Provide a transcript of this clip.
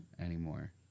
anymore